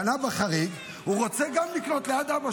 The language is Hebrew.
-- קנה בחריג, הוא רוצה לקנות ליד אבא